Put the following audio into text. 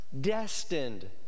destined